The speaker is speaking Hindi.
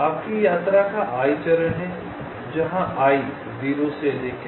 आपकी यात्रा का i चरण है जहां i 0 से अधिक है